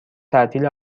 تعطیل